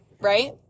right